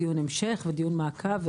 דיון המשך ודיון מעקב.